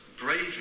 brave